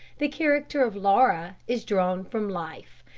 the character of laura is drawn from life,